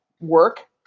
work